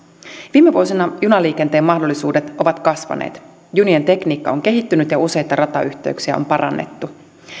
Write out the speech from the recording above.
viime vuosina junaliikenteen mahdollisuudet ovat kasvaneet junien tekniikka on kehittynyt ja useita ratayhteyksiä on parannettu